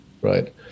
right